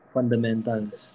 fundamentals